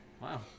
Wow